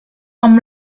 amb